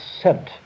sent